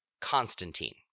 Constantine